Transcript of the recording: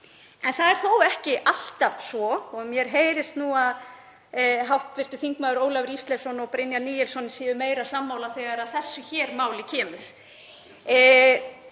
En það er þó ekki alltaf svo og mér heyrist að hv. þm. Ólafur Ísleifsson og Brynjar Níelsson séu meira sammála þegar að þessu máli kemur.